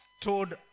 told